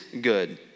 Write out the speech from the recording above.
good